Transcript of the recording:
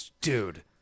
Dude